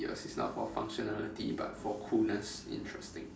yours is not for functionality but for coolness interesting